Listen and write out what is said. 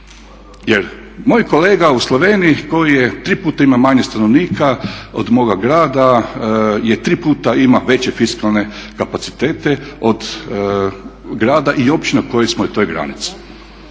jer moj kolega u Sloveniji koji triput ima manje stanovnika od moga grada ima tri puta veće fiskalne kapacitete od grada i općina koje smo na toj granici.